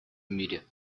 мире